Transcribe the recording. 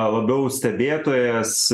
labiau stebėtojas